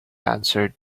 answered